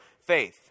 faith